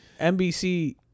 NBC